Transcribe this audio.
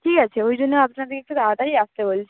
ঠিক আছে ওই জন্যই আপনাদেকে একটু তাড়াতাড়ি আসতে বলছি